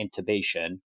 intubation